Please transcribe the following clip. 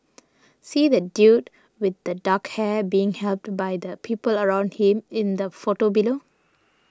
see that dude with the dark hair being helped by the people around him in the photo below